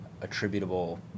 attributable